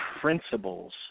principles